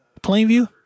Plainview